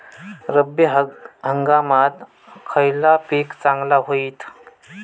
रब्बी हंगामाक खयला पीक चांगला होईत?